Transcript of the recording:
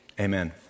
Amen